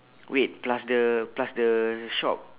wait plus the plus the shop